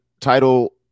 title